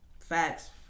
Facts